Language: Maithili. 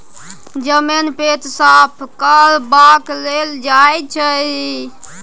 जमैन पेट साफ करबाक लेल खाएल जाई छै